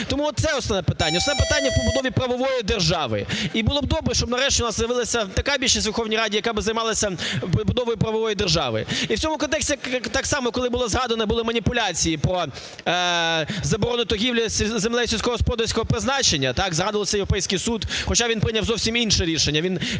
Тому оце основне питання, основне питання в побудові правової держави. І було б добре, щоб нарешті в нас з'явилася така більшість в Верховній Раді, яка би займалася побудовою правової держави. І в цьому контексті так само, коли було згадано, були маніпуляції про заборону торгівлі землею сільськогосподарського призначення, так, згадувався Європейський суд, хоча він прийняв зовсім інше рішення,